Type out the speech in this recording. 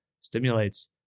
stimulates